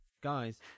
guys